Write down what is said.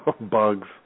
bugs